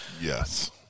Yes